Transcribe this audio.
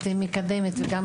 את מקדמת את הנושא הזה,